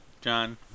John